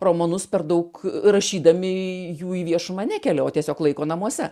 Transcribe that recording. romanus per daug rašydami jų į viešumą nekelia o tiesiog laiko namuose